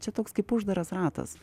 čia toks kaip uždaras ratas